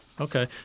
Okay